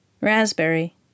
Raspberry